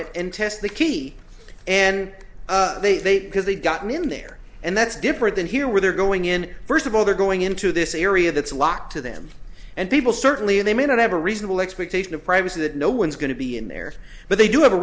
it and test the key and they because they got me in there and that's different than here where they're going in first of all they're going into this area that's a lot to them and people certainly they may not have a reasonable expectation of privacy that no one's going to be in there but they do have a